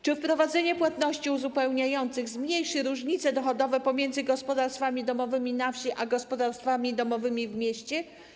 Czy wprowadzenie płatności uzupełniających zmniejszy różnice dochodowe pomiędzy gospodarstwami domowymi na wsi a gospodarstwami domowymi w mieście?